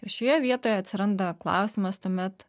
ir šioje vietoje atsiranda klausimas tuomet